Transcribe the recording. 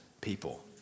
people